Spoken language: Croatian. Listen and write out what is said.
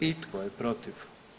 I tko je protiv?